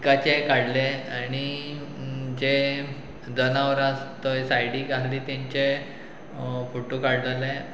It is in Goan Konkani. उदकाचे काडले आनी जे जनावरां आसा थंय सायडीक आसली तेंचे फोटो काडलेले